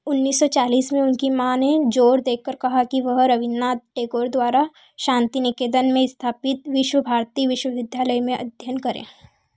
उन्नीस सौ चालीस में उनकी माँ ने ज़ोर देकर कहा कि वे रवींद्रनाथ टैगोर द्वारा शांतिनिकेतन में स्थापित विश्वभारती विश्वविद्यालय में अध्ययन करें